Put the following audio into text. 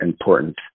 important